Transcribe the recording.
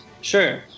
Sure